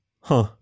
Huh